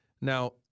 Now